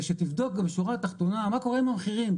שתבדוק בשורה התחתונה מה קורה עם המחירים,